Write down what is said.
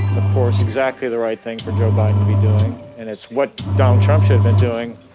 of course, exactly the right thing for joe biden to be doing. and it's what donald trump should have been doing